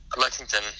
Lexington